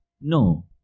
no